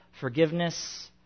forgiveness